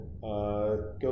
Go